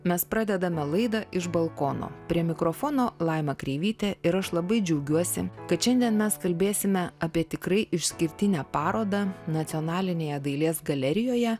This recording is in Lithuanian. mes pradedame laidą iš balkono prie mikrofono laima kreivytė ir aš labai džiaugiuosi kad šiandien mes kalbėsime apie tikrai išskirtinę parodą nacionalinėje dailės galerijoje